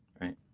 Right